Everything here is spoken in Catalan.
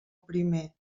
primer